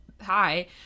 hi